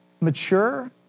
Mature